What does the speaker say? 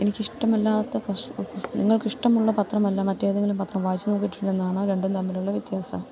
നിങ്ങൾക്കിഷ്ടമുള്ള പത്രമല്ല മറ്റേതെങ്കിലും പത്രം വായിച്ചു നോക്കിയിട്ടുണ്ടോ എന്താണു രണ്ടും തമ്മിലുള്ള വ്യത്യാസം